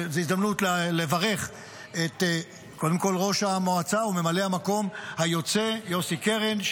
זאת הזדמנות לברך קודם כול את ראש המועצה וממלא המקום היוצא יוסי קרן,